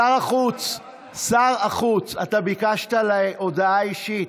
שר החוץ, אתה ביקשת הודעה אישית.